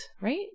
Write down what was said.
right